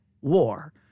war